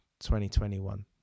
2021